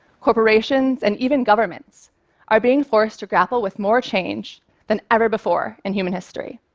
corporations and even governments are being forced to grapple with more change than ever before in human history.